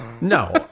No